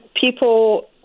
people